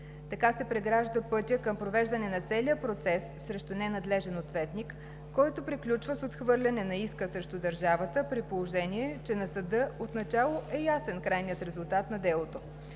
Така се прегражда пътя към провеждане на целия процес срещу ненадлежен ответник, който приключва с отхвърляне на иска срещу държавата, при положение че на съда отначало е ясен крайният резултат на делото.